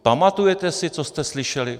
Pamatujete si, co jste slyšeli?